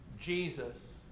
Jesus